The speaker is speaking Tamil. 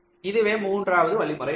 இதுவே மூன்றாவது வழிமுறை ஆகும்